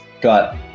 got